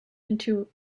into